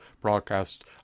broadcast